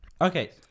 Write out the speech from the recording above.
Okay